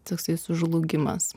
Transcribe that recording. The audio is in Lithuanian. toksai sužlugimas